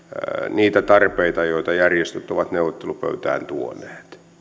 niitä tarpeita joita järjestöt ovat neuvottelupöytään tuoneet